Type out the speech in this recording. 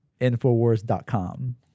Infowars.com